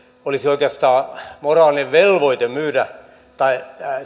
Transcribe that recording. olisi oikeastaan moraalinen velvoite myydä tai